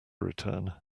return